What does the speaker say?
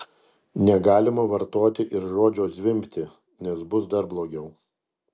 negalima vartoti ir žodžio zvimbti nes bus dar blogiau